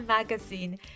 Magazine